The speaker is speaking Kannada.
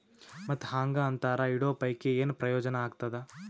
ಮತ್ತ್ ಹಾಂಗಾ ಅಂತರ ಇಡೋ ಪೈಕಿ, ಏನ್ ಪ್ರಯೋಜನ ಆಗ್ತಾದ?